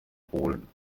holen